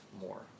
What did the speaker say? more